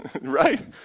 Right